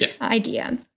idea